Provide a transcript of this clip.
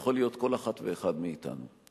ויכול להיות כל אחת ואחד מאתנו.